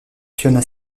fiona